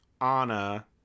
Anna